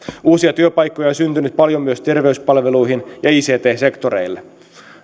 uusia työpaikkoja on syntynyt paljon myös terveyspalveluihin ja ict sektoreille